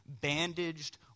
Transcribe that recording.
bandaged